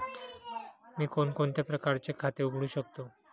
मी कोणकोणत्या प्रकारचे खाते उघडू शकतो?